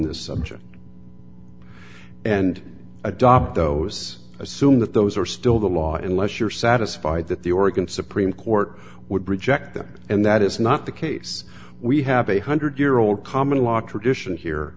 the subject and adopt those assume that those are still the law unless you're satisfied that the oregon supreme court would reject them and that is not the case we have a one hundred year old common law tradition here